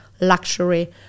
luxury